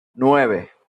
nueve